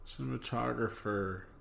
Cinematographer